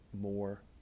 more